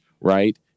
right